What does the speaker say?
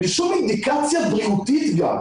בלי שום אינדיקציה בריאותית גם,